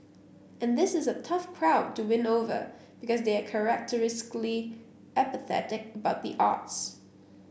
and this is a tough crowd to win over because they are characteristically apathetic about the arts